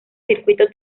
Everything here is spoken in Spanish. circuito